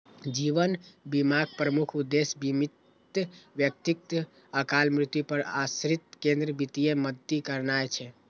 जीवन बीमाक प्रमुख उद्देश्य बीमित व्यक्तिक अकाल मृत्यु पर आश्रित कें वित्तीय मदति करनाय छै